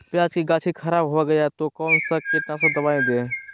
प्याज की गाछी खराब हो गया तो कौन सा कीटनाशक दवाएं दे?